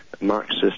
Marxist